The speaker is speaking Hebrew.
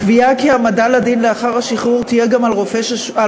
לקבוע כי העמדה לדין לאחר השחרור תהיה גם על חולה